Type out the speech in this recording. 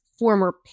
former